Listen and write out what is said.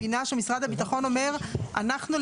אני מבינה שמשרד הביטחון אומר: אנחנו,